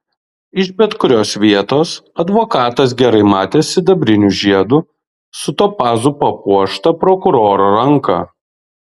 iš bet kurios vietos advokatas gerai matė sidabriniu žiedu su topazu papuoštą prokuroro ranką